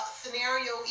scenario